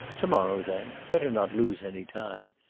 to-morrow, then. better not lose any time.